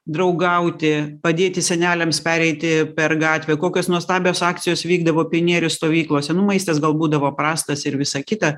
draugauti padėti seneliams pereiti per gatvę kokios nuostabios akcijos vykdavo pionierių stovyklose nu maistas gal buvo būdavo prastas ir visa kita